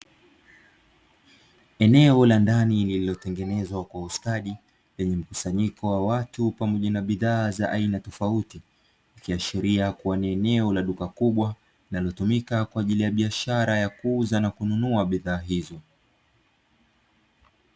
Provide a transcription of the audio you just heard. Eneo la ndani lililotengenezwa kwa ustadi lenye mkusanyiko wa watu pamoja na bidhaa za aina tofauti , ikiashiria kuwa ni eneo la duka kubwa linalotumika kwa ajili ya biashara ya kuuza na kununua bidhaa hizo.